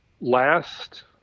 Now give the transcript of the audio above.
last